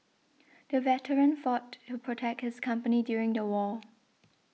the veteran fought to protect his country during the war